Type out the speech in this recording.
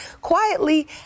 quietly